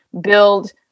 build